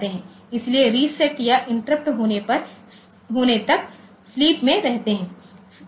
इसलिए रीसेट या इंटरप्ट होने तक स्लीप में रहते है